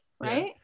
right